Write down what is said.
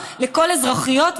אלא זו שיטה כלכלית נכונה,